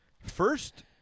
first